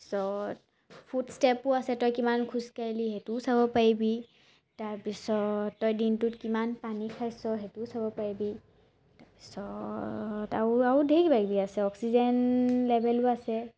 তাৰপিছত ফুট ষ্টেপো আছে তই কিমান খোজকাঢ়িলি সেইটোও চাব পাৰিবি তাৰপিছত তই দিনটোত কিমান পানী খাইছ সেইটোও চাব পাৰিবি তাৰপিছত আৰু আৰু ধেৰ কিবাকিবি আছে অক্সিজেন লেভেলো আছে